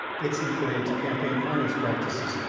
its inquiry into campaign finance practices,